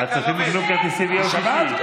הצופים ייקנו כרטיסים ביום שישי.